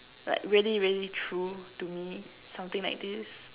like really really true to me something like this